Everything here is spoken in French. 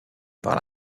par